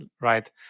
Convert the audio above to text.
Right